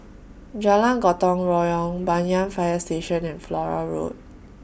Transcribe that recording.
Jalan Gotong Royong Banyan Fire Station and Flora Road